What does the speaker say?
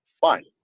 Fine